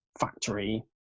factory